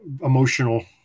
emotional